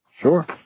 Sure